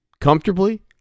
comfortably